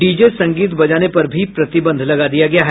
DJ संगीत बजाने पर भी प्रतिबंध लगा दिया गया है